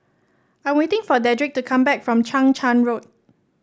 I'm waiting for Dedric to come back from Chang Charn Road